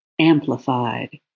amplified